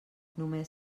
només